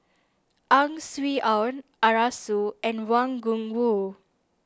Ang Swee Aun Arasu and Wang Gungwu